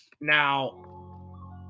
now